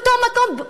באותו מקום,